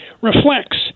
reflects